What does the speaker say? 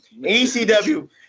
ECW